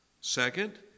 Second